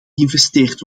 geïnvesteerd